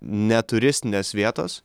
neturistinės vietos